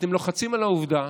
אתם לוחצים על העובדה